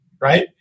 right